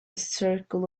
circle